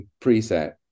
preset